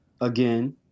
again